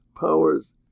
powers